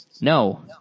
No